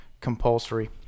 compulsory